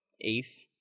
eighth